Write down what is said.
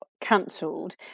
cancelled